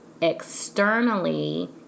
externally